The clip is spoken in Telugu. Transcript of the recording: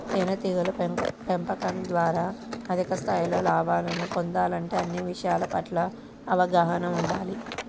తేనెటీగల పెంపకం ద్వారా అధిక స్థాయిలో లాభాలను పొందాలంటే అన్ని విషయాల పట్ల అవగాహన ఉండాలి